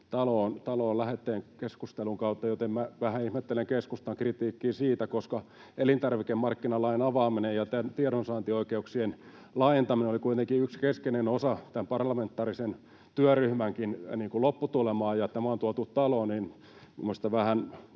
taloon lähetekeskustelun kautta, joten minä vähän ihmettelen keskustan kritiikkiä siitä. Koska elintarvikemarkkinalain avaaminen ja tiedonsaantioikeuksien laajentaminen oli kuitenkin yksi keskeinen osa tämän parlamentaarisen työryhmänkin lopputulemaa ja tämä on tuotu taloon, niin minusta on vähän